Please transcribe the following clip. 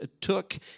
took